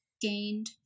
gained